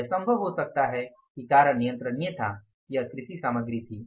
यह संभव हो सकता है कि कारण नियंत्रणीय था यह कृषि सामग्री थी